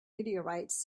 meteorites